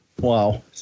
Wow